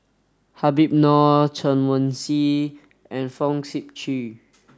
Habib Noh Chen Wen Hsi and Fong Sip Chee